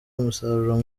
umusaruro